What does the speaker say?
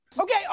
Okay